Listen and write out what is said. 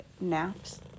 naps